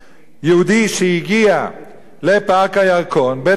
יהודי שהגיע לפארק הירקון בתל-אביב